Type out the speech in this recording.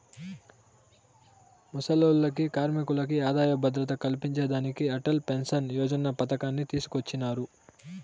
ముసలోల్లకి, కార్మికులకి ఆదాయ భద్రత కల్పించేదానికి అటల్ పెన్సన్ యోజన పతకాన్ని తీసుకొచ్చినారు